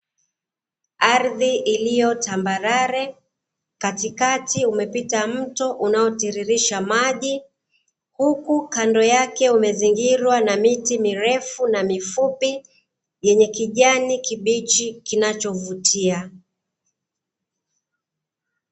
Ardhi iliyo tambarare, katikati umepita mto unaotiririsha maji, huku kando yake umezingirwa na miti mirefu na mifupi yenye kijani kibichi kinachovutia.